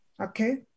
Okay